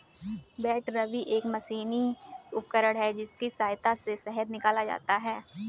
बैटरबी एक मशीनी उपकरण है जिसकी सहायता से शहद निकाला जाता है